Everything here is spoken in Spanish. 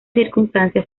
circunstancias